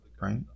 right